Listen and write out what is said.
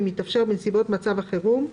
אם מתאפשר בנסיבות מצב החירום,